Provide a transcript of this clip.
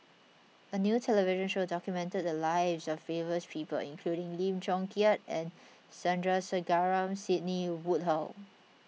a new television show documented the lives of favors people including Lim Chong Keat and Sandrasegaran Sidney Woodhull